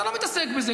אתה לא מתעסק בזה,